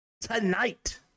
tonight